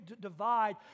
divide